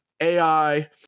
AI